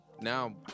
now